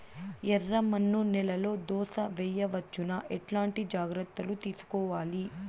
ఎర్రమన్ను నేలలో దోస వేయవచ్చునా? ఎట్లాంటి జాగ్రత్త లు తీసుకోవాలి?